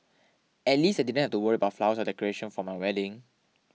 at least I didn't have to worry about flowers or decoration for my wedding